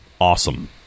Awesome